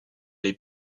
les